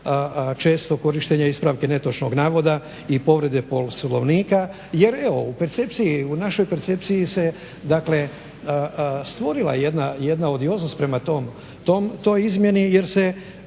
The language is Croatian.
često korištenja ispravka netočnog navoda i povrede Poslovnika jer evo u našoj percepciji se dakle stvorila jedna odioznost prema toj izmjeni jer se,